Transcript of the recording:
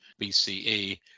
BCE